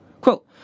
Quote